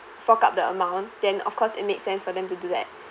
fork out the amount then of course it makes sense for them to do that